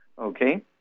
Okay